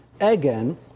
again